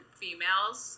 females